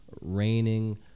raining